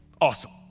Awesome